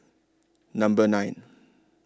Number nine